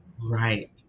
right